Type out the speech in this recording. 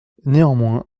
néanmoins